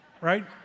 right